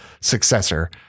successor